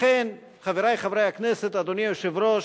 לכן, חברי חברי הכנסת, אדוני היושב-ראש,